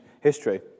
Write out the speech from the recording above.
history